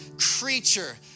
creature